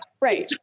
right